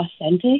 authentic